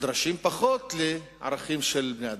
נדרשים פחות לערכים של בני-אדם.